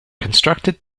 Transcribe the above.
constructed